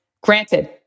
granted